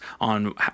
on